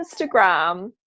Instagram